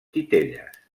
titelles